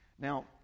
Now